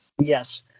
Yes